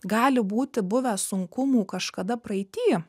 gali būti buvę sunkumų kažkada praeity